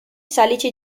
salici